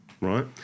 right